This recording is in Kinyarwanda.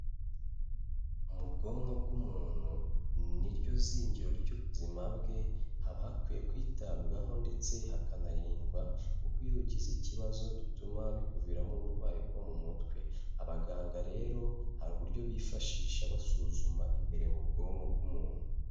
Mu bwonko bw'umuntu ni ryo zingiro ry'ubuzima bwe, haba hakwiye kwitabwaho ndetse hakanarindwa kuko iyo bugize ikibazo bituma bikuviramo uburwayi bwo mu mutwe. Abaganga rero hari uburyo bifashisha basuzuma imbere mu bwonko bw'umuntu.